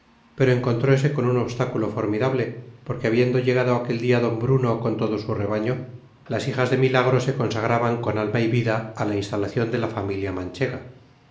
pero encontrose con un obstáculo formidable porque habiendo llegado aquel día d bruno con todo su rebaño las hijas de milagro se consagraban con alma y vida a la instalación de la familia manchega